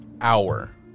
hour